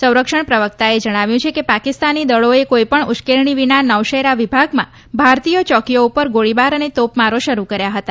સંરક્ષણ પ્રવક્તાએ જણાવ્યું છે કે પાકિસ્તાની દળોએ કોઈપણ ઉશ્કેરણી વિના નૌશેરા વિભાગમાં ભારતીય ચોકીઓ ઉપર ગોળીબાર અને તોપમારો શરૂ કર્યા હતા